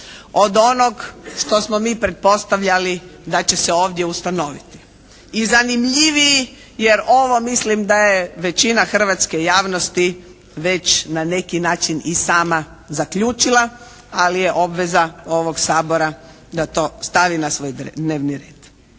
od onog što smo mi pretpostavljali da će se ovdje ustanoviti. I zanimljiviji jer ovo mislim da je većina hrvatske javnosti već na neki način i sama zaključila ali je obveza ovog Sabora da to stavi na svoj dnevni red.